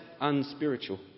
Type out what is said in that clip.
unspiritual